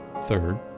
Third